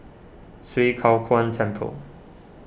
Swee Kow Kuan Temple